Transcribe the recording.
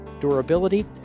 durability